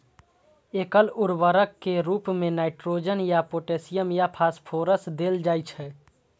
एकल उर्वरक के रूप मे नाइट्रोजन या पोटेशियम या फास्फोरस देल जाइ छै